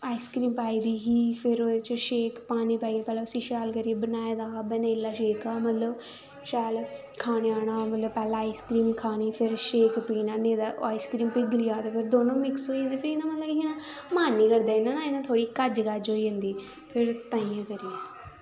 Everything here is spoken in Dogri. आईस्क्रीम पाई दी ही पानी पाईयै पैह्लैं उसी शैल करियै बनाए दा हा बनैना शेक हा मतलव शैल खाना पैह्लैं आइसक्रीम खानी फिर शेक पीनां नेंई ते आईसक्रीम पिघली जानी दोनों मिक्स होइये ते इयां मतलव मन नी करदा इयां ना थोह्ड़ी कज कज होई जंदी तांईयैं करियै